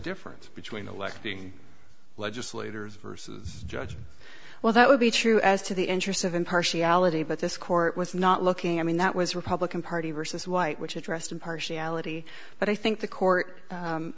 difference between electing legislators versus judges well that would be true as to the interest of impartiality but this court was not looking i mean that was republican party versus white which addressed impartiality but i think the court